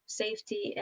safety